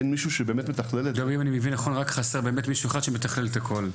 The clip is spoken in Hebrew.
אין מישהו שבאמת מתחלל את זה.